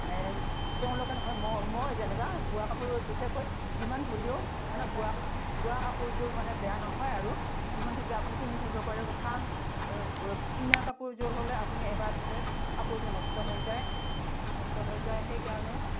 তেওঁলোকে নহয় ম মই যেনিবা বোৱা কাপোৰ বিশেষকৈ যিমান ধুলিও মানে বোৱা বোৱা কাপোৰযোৰ মানে বেয়া নহয় আৰু যিমান ধুলেও আপুনি পিন্ধি থাকিব পাৰে কাৰণ কিনা কাপোৰযোৰ হ'লে আপুনি এবাৰ ধুলে কাপোৰযোৰ নষ্ট হৈ যায় নষ্ট হৈ যায় সেইকাৰণে